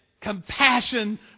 compassion